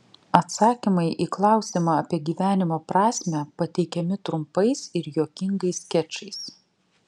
atsakymai į klausimą apie gyvenimo prasmę pateikiami trumpais ir juokingais skečais